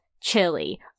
chili